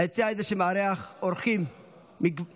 היציע הזה, שמארח אורחים מגוונים,